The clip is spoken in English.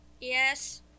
Yes